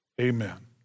Amen